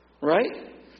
Right